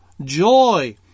joy